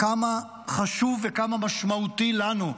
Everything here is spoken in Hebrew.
כמה חשוב וכמה משמעותי לנו,